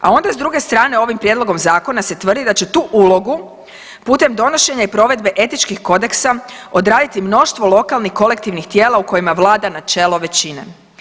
A onda s druge strane ovim prijedlogom zakona se tvrdi da će tu ulogu putem donošenja i provedbe etičkih kodeksa odraditi mnoštvo lokalnih kolektivnih tijela u kojima vlada načelo većine.